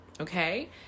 okay